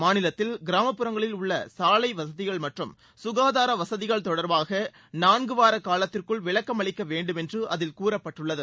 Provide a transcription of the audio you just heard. மாநிலத்தில் கிராமப்புறங்களில் உள்ள சாலை வசதிகள் மற்றும் சுகாதார வசதிகள் தொடர்பாக நான்கு வார காலத்திற்குள் விளக்கம் அளிக்க வேண்டும் என்று அதில் கூறப்பட்டுள்ளது